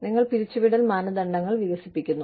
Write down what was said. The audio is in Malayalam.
നിങ്ങൾ പിരിച്ചുവിടൽ മാനദണ്ഡങ്ങൾ വികസിപ്പിക്കുന്നു